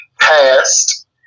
past